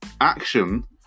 action